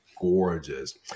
gorgeous